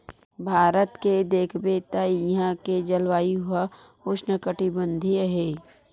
भारत के देखबे त इहां के जलवायु ह उस्नकटिबंधीय हे